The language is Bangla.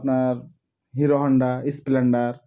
আপনার হিরো হন্ডা স্প্লেন্ডার